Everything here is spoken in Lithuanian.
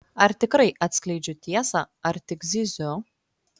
ar tikrai atskleidžiu tiesą ar tik zyziu